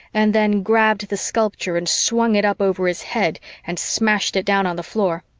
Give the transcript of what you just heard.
and then grabbed the sculpture and swung it up over his head and smashed it down on the floor,